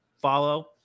follow